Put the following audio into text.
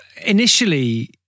initially